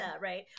right